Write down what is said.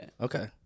okay